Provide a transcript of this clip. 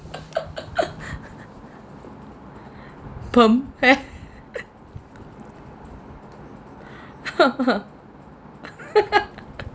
permed hair